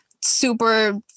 super